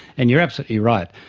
and you're absolutely right,